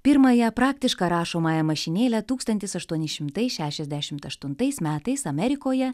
pirmąją praktišką rašomąją mašinėlę tūkstantis aštuoni šimtai šešiasdešimt aštuntais metais amerikoje